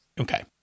Okay